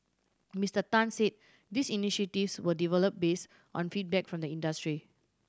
Mister Tan said these initiatives were developed based on feedback from the industry